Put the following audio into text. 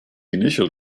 initial